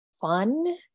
fun